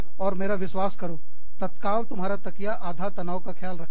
और मेरा विश्वास करो तत्काल तुम्हारा तकिया आधे तनाव का ख्याल रखता है